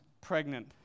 pregnant